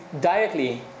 directly